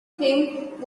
think